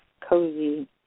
cozy